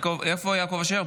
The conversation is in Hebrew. איפה יעקב אשר?